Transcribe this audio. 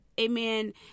amen